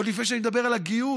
עוד לפני שאני מדבר על הגיוס.